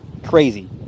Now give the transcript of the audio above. Crazy